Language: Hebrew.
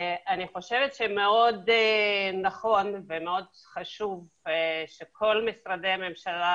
אני חושבת שמאוד נכון ומאוד חשוב שכל משרדי הממשלה,